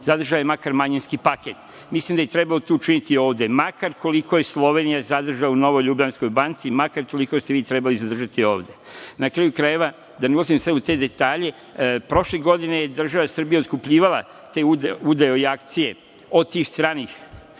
zadržala je makar manjinski paket. Mislim da je trebalo to učiniti i ovde, makar koliko je Slovenija zadržala u NLB, makar toliko ste i vi trebali zadržati ovde. Na kraju krajeva, da ne ulazim sada u te detalje, prošle godine je država Srbija otkupljivala te udeo i akcije od tih stranih